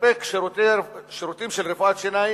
לספק שירותים של רפואת שיניים